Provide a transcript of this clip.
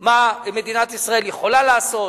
מה מדינת ישראל יכולה לעשות,